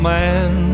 man